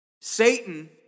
Satan